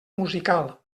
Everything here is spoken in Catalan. musical